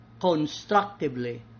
constructively